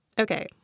Okay